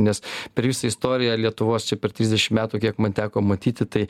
nes per visą istoriją lietuvos čia per trisdešim metų kiek man teko matyti tai